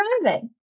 driving